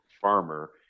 farmer